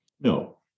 No